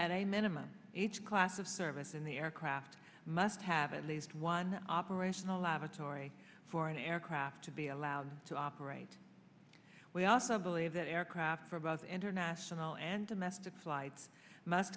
at a minimum each class of service in the aircraft must have at least one operational lavatory for an aircraft to be allowed to operate we also believe that aircraft for both international and domestic flights must